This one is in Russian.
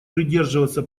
придерживаться